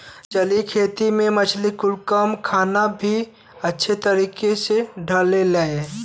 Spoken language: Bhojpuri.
जलीय खेती में मछली कुल कम खाना में भी अच्छे तरीके से बढ़ेले